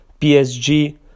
PSG